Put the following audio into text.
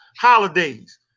holidays